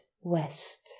west